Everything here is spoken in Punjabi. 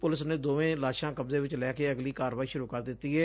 ਪੁਲਿਸ ਨੇ ਦੋਵੇਂ ਲਾਸ਼ਾਂ ਕਬਜ਼ੇ ਵਿੱਚ ਲੈ ਕੇ ਅਗਲੀ ਕਾਰਵਾਈ ਸ਼ਰੂ ਕਰ ਦਿੱਤੀ ਏ